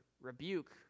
rebuke